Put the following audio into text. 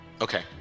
okay